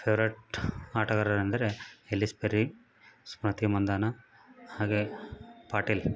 favourite ಆಟಗಾರರೆಂದರೆ Ellyse Perry Smriti Mandhana ಹಾಗೆ ಪಾಟೀಲ್